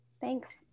Thanks